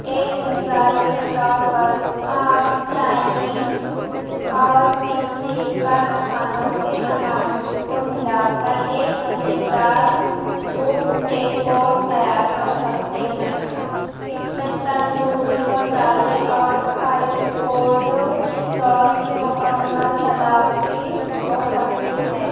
ایک مثال کے طور پر آپ چائنیم اور مکسیکن کھانوں کے عناصر کو ملا کر ایک مزیدار وہ کیکوس تیار کر سکتے ہیں اس میں تندوری مسالے اور آیوکوڈ سوس کی مکمل تلافی ہو سکتی ہے